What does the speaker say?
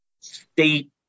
state